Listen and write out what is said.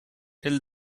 tell